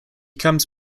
comes